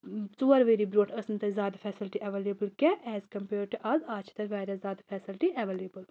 ژور ؤری برونٛٹھ ٲس نہٕ تتہِ زیادٕ فیَسَلٹی اَیٚوَیٚلَیبٕل کینٛہہ اَیٚز کَمپَیٲڈ ٹُو آز آز چھِ تَتہِ واریاہ زیادٕ فَیسَلٹی اَیٚوَیٚلَیبٕل